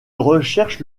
recherche